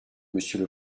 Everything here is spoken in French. monsieur